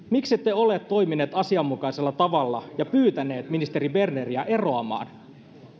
miksi ette ole toiminut asianmukaisella tavalla ja pyytänyt ministeri berneriä eroamaan